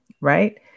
right